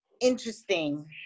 Interesting